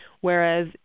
whereas